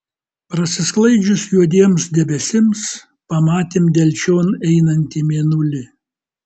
prasisklaidžius juodiems debesims pamatėm delčion einantį mėnulį